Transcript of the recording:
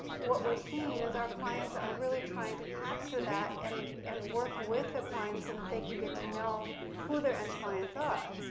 what we're seeing is our clients are really trying to capture that and and work with their clients so that they can get to know who their end clients are.